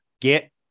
get